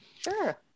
sure